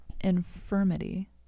infirmity